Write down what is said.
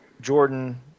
Jordan